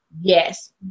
yes